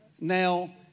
Now